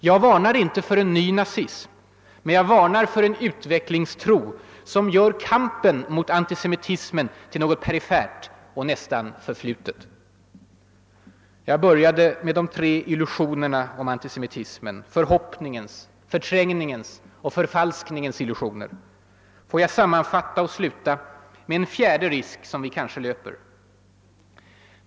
Jag varnar inte för en ny nazism, men jag varnar för en utvecklingstro som gör kampen mot antisemitismen till något perifert och nästan förflutet. Jag började med de tre illusionerna om antisemitismen — förhoppningens, förträngningens och förfalskningens illusioner. Får jag sammanfatta med en fjärde risk som vi kanske löper.